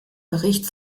bericht